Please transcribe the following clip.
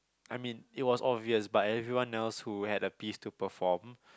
I mean it was obvious but everyone else who had a piece to perform